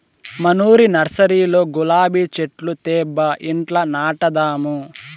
మనూరి నర్సరీలో గులాబీ చెట్లు తేబ్బా ఇంట్ల నాటదాము